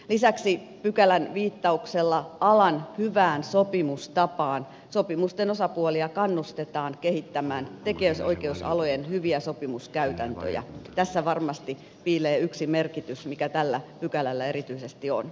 lisäksi pykälän viittauksella alan hyvään sopimustapaan sopimusten osapuolia kannustetaan kehittämään tekijänoikeusalojen hyviä sopimuskäytäntöjä tässä varmasti piilee yksi merkitys mikä tällä pykälällä erityisesti on